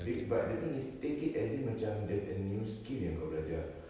th~ but the thing is take it as if macam there's a new skill yang kau belajar